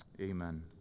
Amen